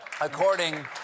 according